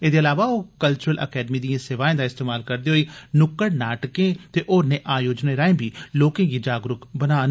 एह्दे अलावा ओह कल्चरल अकैडमी दिएं सेवाएं दा इस्तेमाल करदे हाई न्क्कड़ नाटकें ते होरनें आयोजनें राएं बी लोकें गी जागरूक बनान